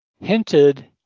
hinted